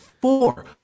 Four